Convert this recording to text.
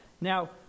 Now